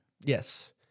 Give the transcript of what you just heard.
Yes